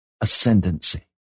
Ascendancy